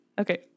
Okay